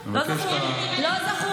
אינו נוכח,